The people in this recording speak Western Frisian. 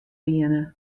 wiene